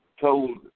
told